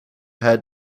had